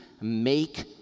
make